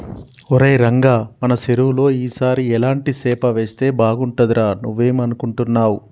ఒరై రంగ మన సెరువులో ఈ సారి ఎలాంటి సేప వేస్తే బాగుంటుందిరా నువ్వేం అనుకుంటున్నావ్